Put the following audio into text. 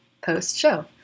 post-show